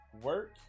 Work